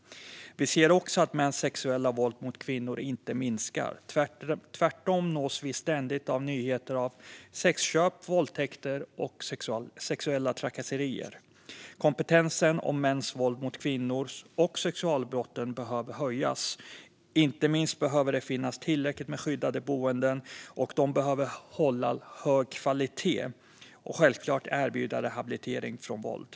Vi ser också att mäns sexuella våld mot kvinnor inte minskar. Tvärtom nås vi ständigt av nyheter om sexköp, våldtäkter och sexuella trakasserier. Kompetensen när det gäller mäns våld mot kvinnor och sexualbrott behöver höjas. Inte minst behöver det finnas tillräckligt med skyddade boenden, och de behöver hålla hög kvalitet och självklart erbjuda rehabilitering från våld.